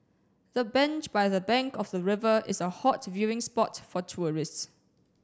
the bench by the bank of the river is a hot viewing spot for tourists